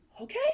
Okay